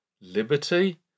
Liberty